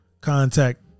contact